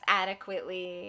adequately